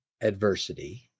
adversity